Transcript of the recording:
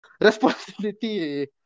responsibility